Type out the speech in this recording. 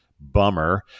bummer